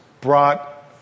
brought